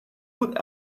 would